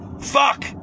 Fuck